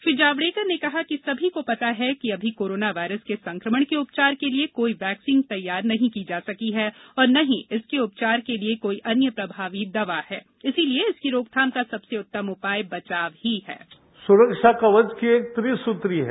उन्होंने कहा कि सभी को पता है कि अभी कोरोना वायरस के संक्रमण के उपचार के लिए कोई वैक्सीन तैयार नहीं की जा सकी है और न ही इसके उपचार के लिए कोई अन्य प्रभावी दवा है इसलिए इसकी रोकथाम का सबसे उत्तम उपाय बचाव ही है